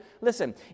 Listen